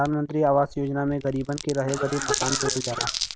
प्रधानमंत्री आवास योजना मे गरीबन के रहे बदे मकान देवल जात हौ